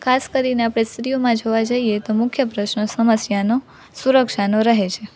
ખાસ કરીને આપણે સ્ત્રીઓમાં જોવા જઈએ તો મુખ્ય પ્રશ્ન સમસ્યાનો સુરક્ષાનો રહે છે